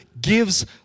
gives